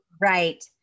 Right